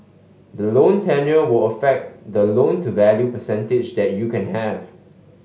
the loan tenure will affect the loan to value percentage that you can have